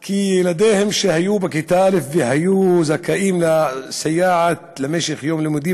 כי ילדיהם שהיו בכיתה א' והיו זכאים לסייעת למשך יום לימודים